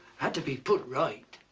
had to be put right.